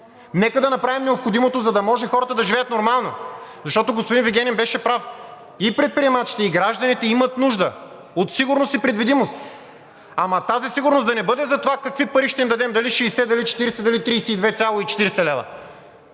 Нека да направим необходимото, за да може хората да живеят нормално, защото господин Вигенин беше прав – и предприемачите, и гражданите имат нужда от сигурност и предвидимост. Ама тази сигурност да не бъде за това какви пари ще им дадем – дали 60, 40, 32,40 лв.,